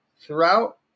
Throughout